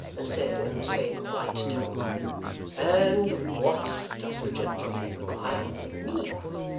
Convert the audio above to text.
and said in the same light tone and what does the gentleman require of me?